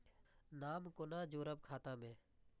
नाम कोना जोरब खाता मे